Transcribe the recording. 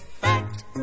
fact